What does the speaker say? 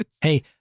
Hey